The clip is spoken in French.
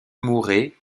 mouret